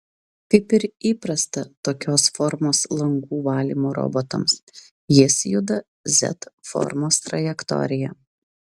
kaip ir įprasta tokios formos langų valymo robotams jis juda z formos trajektorija